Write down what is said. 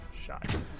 shot